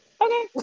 okay